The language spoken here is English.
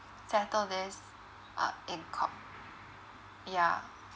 settle this uh in court yeah